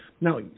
Now